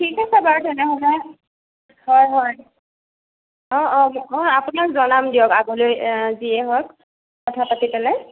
ঠিক আছে বাৰু তেনেহ'লে হয় হয় অ অ মই আপোনাক জনাম দিয়ক আগলৈ যিয়ে হয় কথা পাতি পেলাই